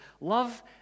Love